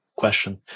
Question